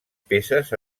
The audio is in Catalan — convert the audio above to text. peces